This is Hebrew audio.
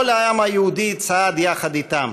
כל העם היהודי צעד יחד אתם